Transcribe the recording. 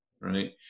right